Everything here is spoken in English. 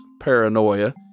paranoia